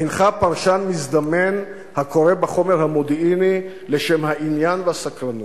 אינך פרשן מזדמן הקורא בחומר המודיעיני לשם העניין והסקרנות.